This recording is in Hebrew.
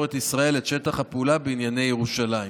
ומסורת ישראל את שטח הפעולה בענייני ירושלים.